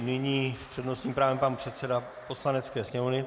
Nyní s přednostním právem pan předseda Poslanecké sněmovny.